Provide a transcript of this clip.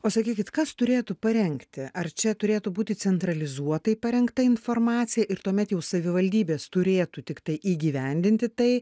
o sakykit kas turėtų parengti ar čia turėtų būti centralizuotai parengta informacija ir tuomet jau savivaldybės turėtų tiktai įgyvendinti tai